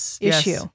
issue